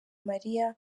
mariya